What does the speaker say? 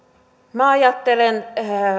minä ajattelen